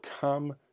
come